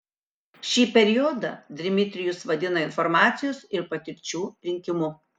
šį periodą dmitrijus vadina informacijos ir patirčių rinkimu